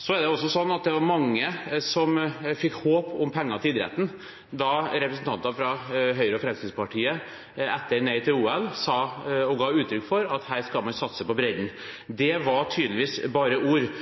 Det var mange som fikk håp om penger til idretten da representanter fra Høyre og Fremskrittspartiet, etter at det ble nei til OL, ga uttrykk for at man skulle satse på bredden. Det var tydeligvis bare ord.